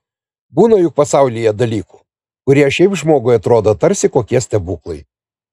būna juk pasaulyje dalykų kurie šiaip žmogui atrodo tarsi kokie stebuklai